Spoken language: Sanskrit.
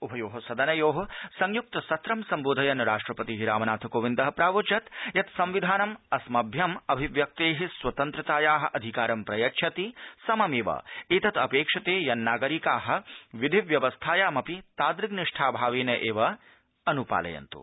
उभयो सदनयो संयुक्त सत्रं सम्बोधयन् राष्ट्रपति रामनाथ कोविन्द प्रावोचत् यत् संविधानम् अस्मभ्यम् अभिव्यक्ते स्वतन्त्रताया अधिकारं प्रयच्छति सममेव एतत् अपेक्षते यत् नागरिका विधि व्यवस्थामपि तादृग् निष्ठा भावेन एव अन्पालयन्त्